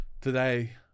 today